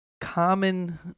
common